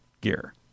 gear